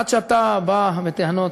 עד שאתה בא בטענות,